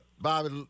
Bob